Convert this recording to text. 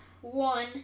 one